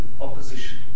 opposition